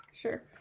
Sure